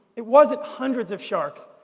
it wasn't hundreds of sharks,